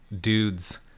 dudes